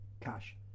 cash